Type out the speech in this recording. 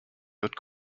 wird